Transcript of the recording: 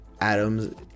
Adams